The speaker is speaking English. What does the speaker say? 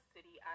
City